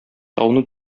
тауны